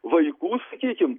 vaikų sakykim